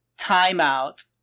timeout